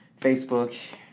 Facebook